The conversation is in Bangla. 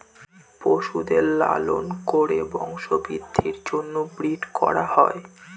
পশুদের লালন করে বংশবৃদ্ধির জন্য ব্রিড করা হয়